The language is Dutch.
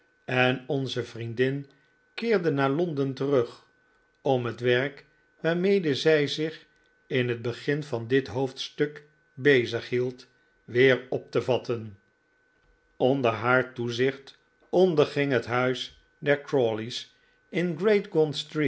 en onze vriendin keerde naar londen terug om het werk waarmede zij zich in het begin van dit hoofdstuk bezighield weer op te vatten onder haar toezicht onderging het huis der crawley's in great